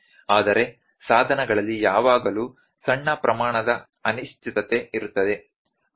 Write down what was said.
ಆದರೆ ಸಾಧನಗಳಲ್ಲಿ ಯಾವಾಗಲೂ ಸಣ್ಣ ಪ್ರಮಾಣದ ಅನಿಶ್ಚಿತತೆ ಇರುತ್ತದೆ